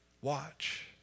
watch